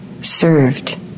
served